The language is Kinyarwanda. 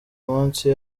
munsi